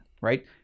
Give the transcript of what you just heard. right